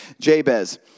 Jabez